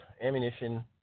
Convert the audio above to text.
ammunition